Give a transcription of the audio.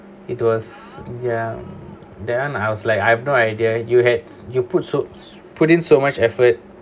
it was ya there and I was like I have no idea you had you put so put in so much effort